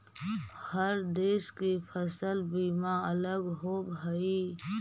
हर देश के फसल बीमा अलग होवऽ हइ